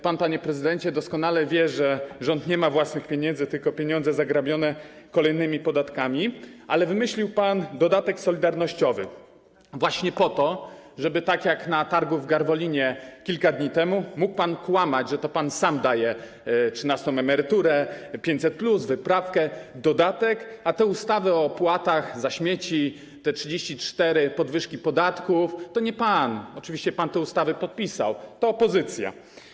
Pan, panie prezydencie, doskonale wie, że rząd nie ma własnych pieniędzy, tylko pieniądze zagrabione kolejnymi podatkami, ale wymyślił pan dodatek solidarnościowy właśnie po to, żeby, tak jak na targu w Garwolinie kilka dni temu, mógł pan kłamać, że to pan sam daje trzynastą emeryturę, 500+, wyprawkę, dodatek, a te ustawy o opłatach za śmieci, te 34 podwyżki podatków to nie pan - oczywiście pan te ustawy podpisał - tylko to opozycja.